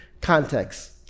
Context